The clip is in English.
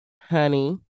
Honey